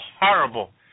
horrible